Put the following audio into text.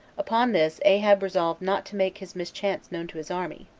upon this ahab resolved not to make his mischance known to his army,